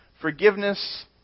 forgiveness